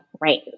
right